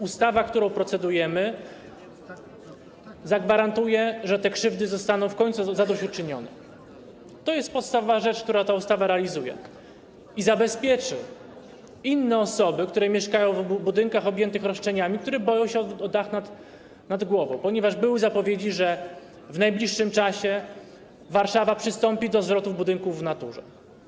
Ustawa, nad którą procedujemy, zagwarantuje, że te krzywdy zostaną w końcu zadośćuczynione - to jest podstawowa rzecz, którą ta ustawa realizuje - i zabezpieczy inne osoby, które mieszkają w budynkach objętych roszczeniami i które boją się o dach nad głową, ponieważ były zapowiedzi, że w najbliższym czasie Warszawa przystąpi do zwrotów budynków w naturze.